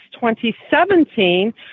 2017